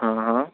હં હં